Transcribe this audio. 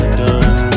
done